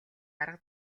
арга